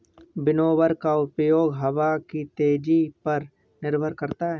winnower का प्रयोग हवा की तेजी पर निर्भर करता है